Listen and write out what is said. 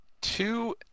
Two